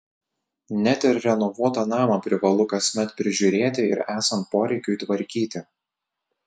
net ir renovuotą namą privalu kasmet prižiūrėti ir esant poreikiui tvarkyti